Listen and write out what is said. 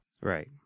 Right